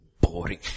boring